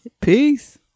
peace